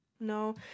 No